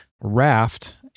Raft